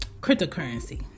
Cryptocurrency